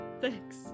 Thanks